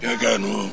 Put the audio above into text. בסדר.